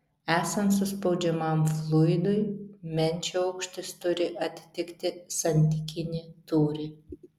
esant suspaudžiamam fluidui menčių aukštis turi atitikti santykinį tūrį